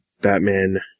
batman